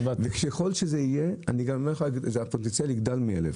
ככל שזה יהיה, הפוטנציאל יגדל מאלף.